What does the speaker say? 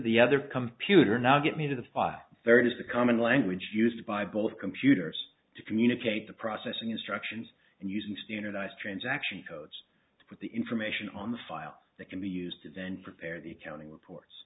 the other come pewter now get me to the file third is the common language used by both computers to communicate the processing instructions and using standardized transaction codes to put the information on the file that can be used today and prepare the accounting reports